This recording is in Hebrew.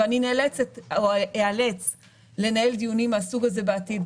ואני נאלצת או איאלץ לנהל דיונים מהסוג הזה בעתיד,